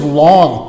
long